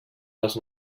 els